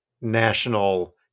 national